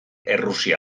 errusia